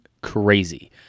crazy